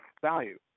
value